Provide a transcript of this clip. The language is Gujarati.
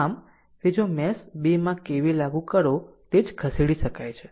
જો મેશ 2 માં KVL લાગુ કરો તો તે જ રીતે ખસેડી શકાય છે